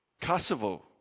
Kosovo